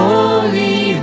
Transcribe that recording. Holy